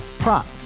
Prop